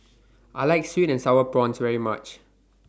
I like Sweet and Sour Prawns very much